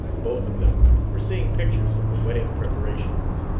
both of them were seeing pictures of the wedding preparations.